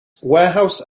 warehouse